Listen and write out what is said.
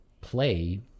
play